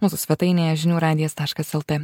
mūsų svetainėje žinių radijas taškas lt